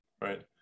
right